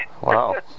Wow